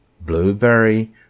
blueberry